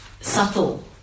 subtle